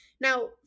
Now